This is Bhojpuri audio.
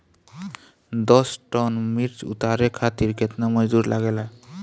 दस टन मिर्च उतारे खातीर केतना मजदुर लागेला?